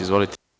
Izvolite.